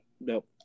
Nope